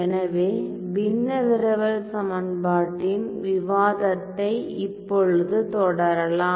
எனவே பின்ன விரவல் சமன்பாட்டின் விவாதத்தை இப்பொழுது தொடரலாம்